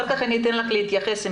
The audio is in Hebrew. ואחר כך אתן לך להתייחס אם